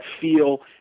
feel